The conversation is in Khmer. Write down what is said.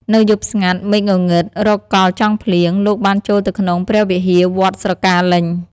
នៅយប់ស្ងាត់ មេឃងងឹតរកកល់ចង់ភ្លៀង លោកបានចូលទៅក្នុងព្រះវិហារវត្តស្រកាលេញ។